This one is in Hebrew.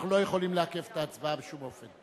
אנחנו לא יכולים לעכב את ההצבעה בשום אופן.